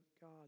God